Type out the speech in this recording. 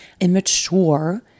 immature